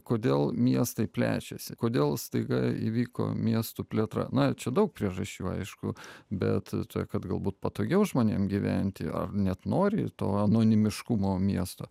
kodėl miestai plečiasi kodėl staiga įvyko miestų plėtra na čia daug priežasčių aišku bet ta kad galbūt patogiau žmonėm gyventi o net nori to anonimiškumo miesto